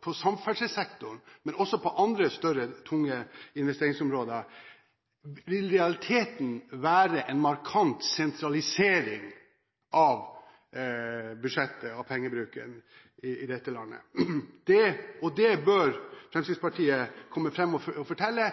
på samferdselssektoren, men også på andre større, tunge investeringsområder, være en markant sentralisering av budsjettet – av pengebruken – i dette landet. Fremskrittspartiet bør komme fram og fortelle